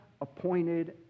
appointed